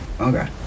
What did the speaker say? okay